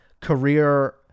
career